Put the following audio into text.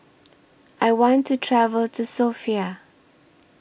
I want to travel to Sofia